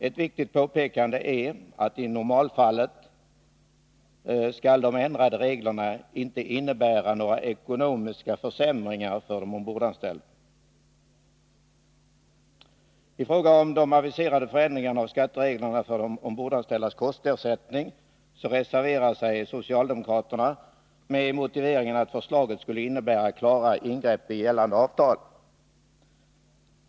Ett viktigt påpekande är att i normalfallet skall de ändrade reglerna inte innebära några ekonomiska försämringar för de ombordanställda. I fråga om de aviserade förändringarna av skattereglerna för de ombordanställdas kostersättning reserverar sig socialdemokraterna med motiveringen att förslaget skulle innebära klara ingrepp i gällande avtal.